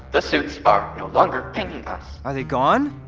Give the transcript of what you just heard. the suits are no longer pinging us are they gone?